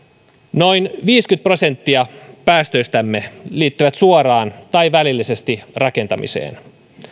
noin viisikymmentä prosenttia päästöistämme liittyy suoraan tai välillisesti rakentamiseen